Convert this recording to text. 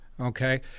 okay